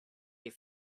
they